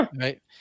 right